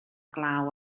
glaw